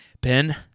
Ben